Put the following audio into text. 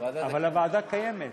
אבל הוועדה קיימת.